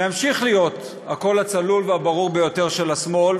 שימשיך להיות הקול הצלול והברור ביותר של השמאל.